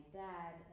dad